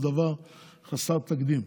זה דבר חסר תקדים.